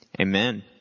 amen